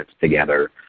together